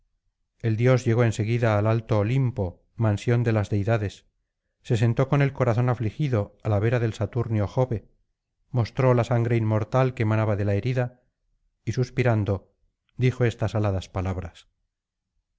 el dios llegó en seguida al alto olimpo mansión de las deidades se sentó con el corazón afligpido á la vera del saturnio jove mostró la sangre inmortal que manaba de la herida y suspirando dijo estas aladas palabras